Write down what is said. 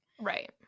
right